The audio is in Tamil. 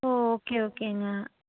ஓ ஓகே ஓகேங்க